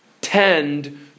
tend